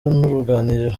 n’uruganiriro